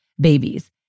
babies